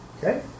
Okay